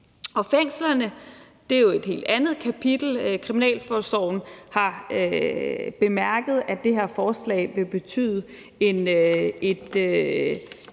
Fængslerne er jo et helt andet kapitel. Kriminalforsorgen har bemærket, at det her forslag vil betyde en